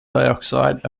dioxide